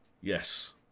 Yes